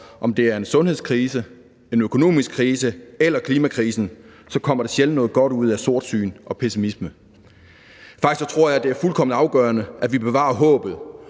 om det er en sundhedskrise, en økonomisk krise eller klimakrisen – så kommer der sjældent noget godt ud af sortsyn og pessimisme. Faktisk tror jeg, det er fuldkommen afgørende, at vi bevarer håbet